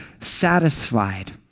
satisfied